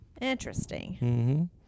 Interesting